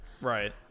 Right